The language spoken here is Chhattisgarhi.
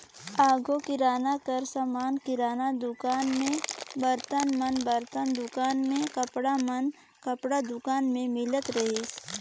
आघु किराना कर समान किराना दुकान में, बरतन मन बरतन दुकान में, कपड़ा मन कपड़ा दुकान में मिलत रहिस